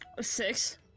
Six